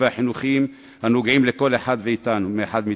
והחינוכיים הנוגעים לכל אחד ואחד מאתנו.